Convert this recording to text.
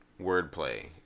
wordplay